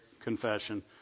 confession